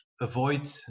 avoid